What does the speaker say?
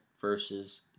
versus